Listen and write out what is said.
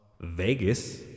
Vegas